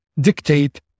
dictate